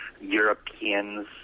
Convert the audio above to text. Europeans